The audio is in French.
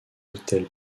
autels